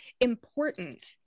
important